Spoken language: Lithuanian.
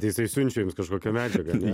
tai jisai siunčia jums kažkokią medžiagą ane